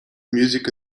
music